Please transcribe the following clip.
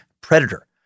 predator